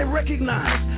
recognize